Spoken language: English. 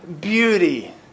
Beauty